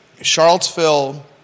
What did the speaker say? Charlottesville